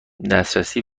دسترسی